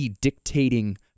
dictating